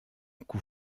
coup